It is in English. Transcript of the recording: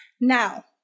Now